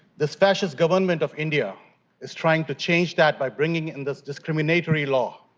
this fascist government of india is trying to change that by bringing in this discriminatory law.